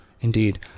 indeed